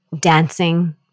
dancing